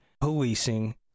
policing